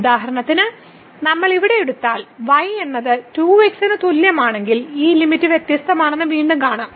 ഉദാഹരണത്തിന് നമ്മൾ ഇവിടെ എടുത്താൽ y എന്നത് 2 x ന് തുല്യമാണെങ്കിൽ ഈ ലിമിറ്റ് വ്യത്യസ്തമാണെന്ന് വീണ്ടും കാണാം